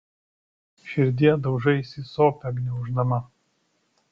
širdie daužaisi sopę gniauždama